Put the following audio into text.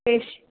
فیش